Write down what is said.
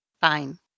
Fine